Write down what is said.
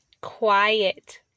quiet